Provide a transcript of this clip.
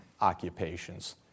occupations